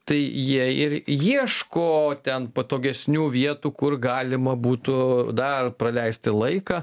tai jie ir ieško ten patogesnių vietų kur galima būtų dar praleisti laiką